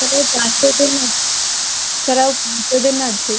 sir ଆଉ ପାଞ୍ଚ ଦିନ ସାର୍ ଆଉ ପାଞ୍ଚ ଦିନ ଅଛି